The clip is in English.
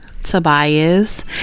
Tobias